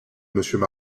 monsieur